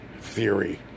theory